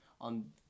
on